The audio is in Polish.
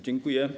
Dziękuję.